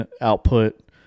output